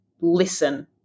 listen